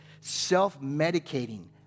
self-medicating